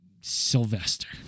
Sylvester